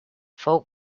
fou